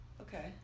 Okay